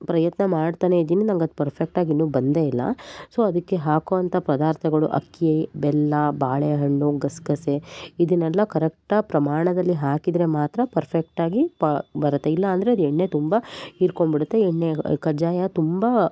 ಪ್ರಯತ್ನ ಮಾಡ್ತನೆ ಇದ್ದೀನಿ ನಂಗೆ ಅದು ಪರ್ಫೆಕ್ಟ್ ಆಗಿ ಇನ್ನು ಬಂದೆ ಇಲ್ಲ ಸೊ ಅದಕ್ಕೆ ಹಾಕುವಂತ ಪದಾರ್ಥಗಳು ಅಕ್ಕಿ ಬೆಲ್ಲ ಬಾಳೆಹಣ್ಣು ಗಸಗಸೆ ಇದನ್ನೆಲ್ಲ ಕರೆಕ್ಟ್ ಆಗಿ ಪ್ರಮಾಣದಲ್ಲಿ ಹಾಕಿದರೆ ಮಾತ್ರ ಪರ್ಫೆಕ್ಟ್ ಆಗಿ ಬರುತ್ತೆ ಇಲ್ಲ ಅಂದರೆ ಅದು ಎಣ್ಣೆ ತುಂಬ ಹೀರಿಕೊಂಬಿಡುತ್ತೆ ಎಣ್ಣೆಯಾಗಿ ಈ ಕಜ್ಜಾಯ ತುಂಬ